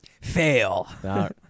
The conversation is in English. Fail